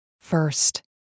first